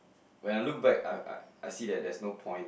when I look back I I I see that there's no point